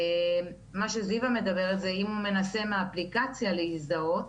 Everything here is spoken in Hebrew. מה שזיוה מדברת זה אם הוא מנסה מהאפליקציה להזדהות,